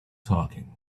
talking